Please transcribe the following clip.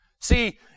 See